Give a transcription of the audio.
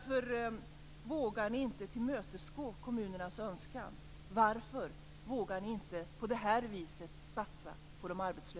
Varför vågar ni inte tillmötesgå kommunernas önskan? Varför vågar ni inte satsa på de arbetslösa på det här viset?